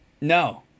No